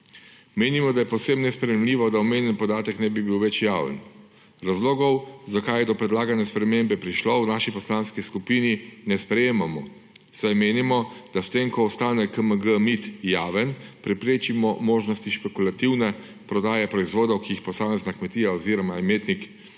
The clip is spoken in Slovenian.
Menimo, da je posebej nesprejemljivo, da omenjeni podatek ne bi bil več javen. Razlogov, zakaj je do predlagane spremembe prišlo, v naši poslanski skupini ne sprejemamo, saj menimo, da s tem ko ostane KMG-MID javen, preprečimo možnosti špekulativne prodaje proizvodov, ki jih posamezna kmetija oziroma imetnik